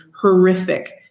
horrific